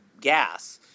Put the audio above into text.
gas